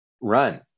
Run